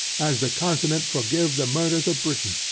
as the continent forgive the murders of britain.